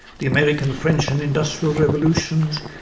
the american, french and industrial revolutions,